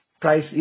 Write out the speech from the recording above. price